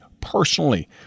personally